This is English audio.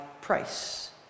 price